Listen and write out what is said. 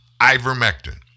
Ivermectin